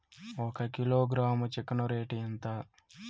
ఒక kilogram chicken rate ఎంత?